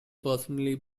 personally